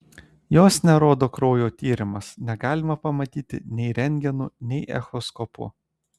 jos nerodo kraujo tyrimas negalima pamatyti nei rentgenu nei echoskopu